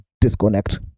disconnect